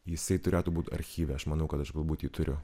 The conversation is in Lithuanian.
jisai turėtų būti archyve aš manau kad aš galbūt jį turiu